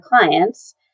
clients